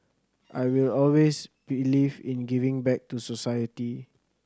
I will always believe in giving back to society